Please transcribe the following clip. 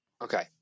okay